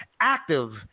active